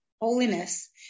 holiness